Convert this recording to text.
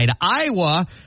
Iowa